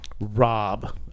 Rob